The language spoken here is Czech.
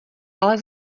ale